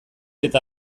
eta